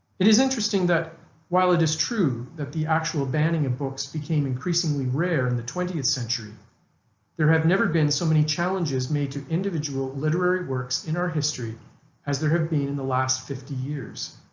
it is interesting that while it is true that the actual banning of books became increasingly rare in the twentieth century there have never been so many challenges made to individual literary works in our history as there have been in the last fifty years.